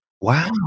Wow